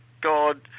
god